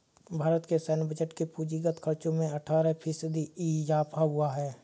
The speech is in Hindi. भारत के सैन्य बजट के पूंजीगत खर्चो में अट्ठारह फ़ीसदी इज़ाफ़ा हुआ है